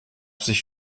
sich